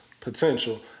potential